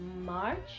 March